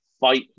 fight